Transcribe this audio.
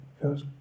Feels